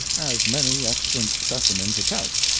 as many extant specimens attest,